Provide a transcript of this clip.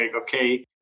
okay